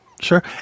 sure